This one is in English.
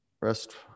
Rest